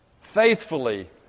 faithfully